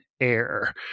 air